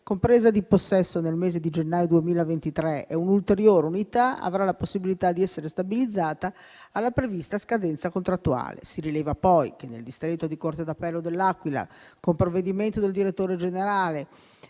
con presa di possesso nel mese di gennaio 2023 e un'ulteriore unità avrà la possibilità di essere stabilizzata alla prevista scadenza contrattuale. Si rileva poi che nel distretto di corte d'appello dell'Aquila, con provvedimento del direttore generale